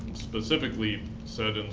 specifically said